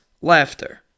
laughter